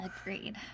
agreed